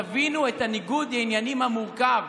תבינו את ניגוד העניינים המורכב.